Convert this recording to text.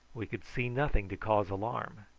we could see nothing to cause alarm.